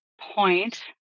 point